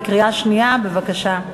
בבקשה.